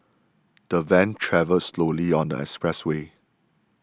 the van travelled slowly on the expressway